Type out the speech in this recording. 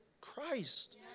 Christ